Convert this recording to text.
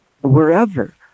wherever